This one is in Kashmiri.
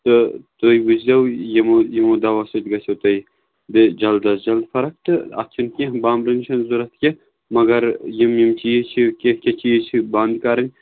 تہٕ تُہۍ وٕچھزیو یِمو یِمو دوا سۭتۍ گژھیو تۄہہِ بیٚیہِ جَلٕد اَز جَلٕد فرق تہٕ اَتھ چھُنہٕ کیٚنٛہہ بامبرٕنۍ چھَنہٕ ضوٚرَتھ کیٚنٛہہ مگر یِم یِم چیٖز چھِ کیٚنٛہہ کیٚنٛہہ چیٖز چھِ بَنٛد کَرٕنۍ